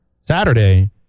Saturday